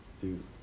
dude